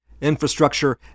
infrastructure